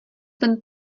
ten